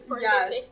Yes